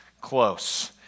close